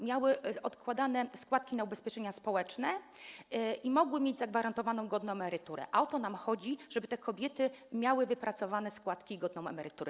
Miały odkładane składki na ubezpieczenia społeczne i mogły mieć zagwarantowaną godną emeryturę, a o to nam chodzi, żeby te kobiety miały wypracowane składki i godną emeryturę.